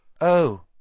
Oh